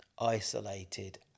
isolated